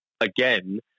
again